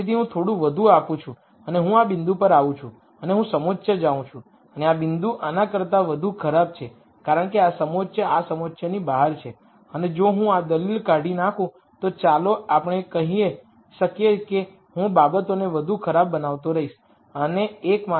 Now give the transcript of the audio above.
તેથી હું થોડું વધુ આપું છું અને હું આ બિંદુ પર આવું છું અને હું સમોચ્ચ જોઉં છું અને આ બિંદુ આના કરતાં વધુ ખરાબ છે કારણ કે આ સમોચ્ચ આ સમોચ્ચની બહાર છે અને જો હું આ દલીલ કાઢી નાખું તો ચાલો આપણે કહી શકીએ કે હું બાબતોને વધુ ખરાબ બનાવતો રહીશ અને એકમાત્ર કારણ છે